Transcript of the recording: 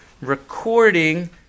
recording